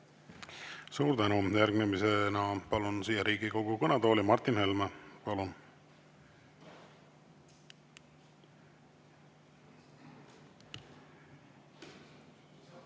Suur tänu! Järgmisena palun siia Riigikogu kõnetooli Martin Helme. Palun!